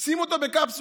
שים אותו בקפסולה,